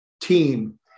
team